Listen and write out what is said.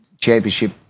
championship